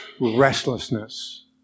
restlessness